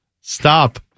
Stop